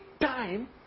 time